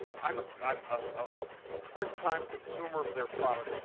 i'm ah i'm a part time consumer of their product.